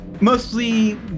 mostly